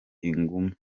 ingume